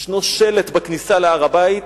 יש שלט בכניסה להר-הבית,